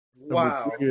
Wow